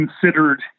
considered